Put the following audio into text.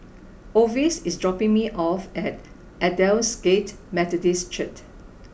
Orvis is dropping me off at Aldersgate Methodist Church